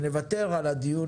על הדיון.